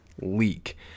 leak